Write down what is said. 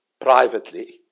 privately